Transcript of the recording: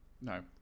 no